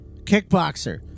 Kickboxer